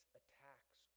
attacks